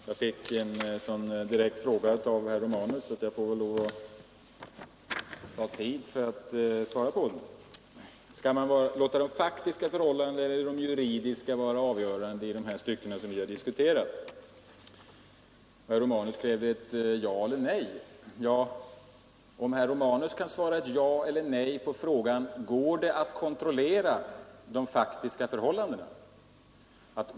Herr talman! Jag fick en så direkt fråga av herr Romanus att jag väl får lov att ta tid för att svara på den. Skall man låta de faktiska förhållandena eller de juridiska vara avgörande i de stycken vi har diskuterat? Herr Romanus krävde ett ja eller ett nej. Kan då herr Romanus svara ja eller nej på frågan: Går det att kontrollera de faktiska förhållandena?